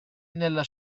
nella